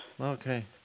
Okay